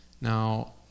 Now